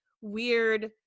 weird